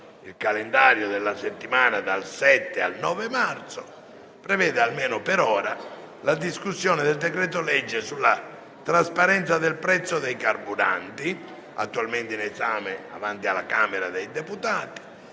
Il calendario della settimana dal 7 al 9 marzo prevede la discussione del decreto-legge sulla trasparenza del prezzo dei carburanti, in corso di esame presso la Camera dei deputati,